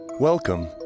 Welcome